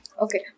Okay